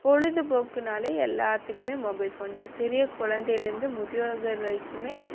பொழுதுபோக்குனாலே எல்லாத்துக்குமே மொபைல்ஃபோன் தான் சிறிய குழந்தைலேருந்து முதியோர்கள் வரைக்குமே